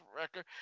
record